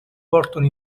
portano